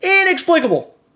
Inexplicable